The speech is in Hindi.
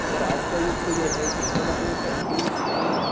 और आज का युग तो ये है कि हम अपनी पेन्टिग्स को